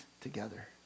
together